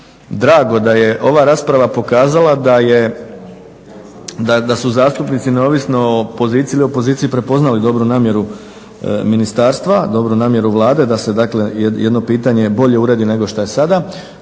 drago da je ova rasprava pokazala da je, da su zastupnici neovisno o poziciji ili opoziciji prepoznali dobru namjeru ministarstva, dobru namjeru Vlade da se dakle jedno pitanje bolje uredi nego što je sada.